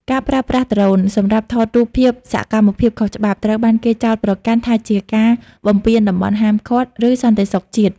ការប្រើប្រាស់ដ្រូន សម្រាប់ថតរូបភាពសកម្មភាពខុសច្បាប់ ត្រូវបានគេចោទប្រកាន់ថាជាការបំពានតំបន់ហាមឃាត់ ឬសន្តិសុខជាតិ។